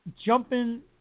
jumping